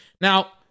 Now